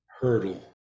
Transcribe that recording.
hurdle